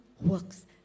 works